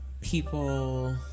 people